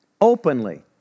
Openly